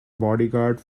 bodyguard